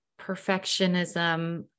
perfectionism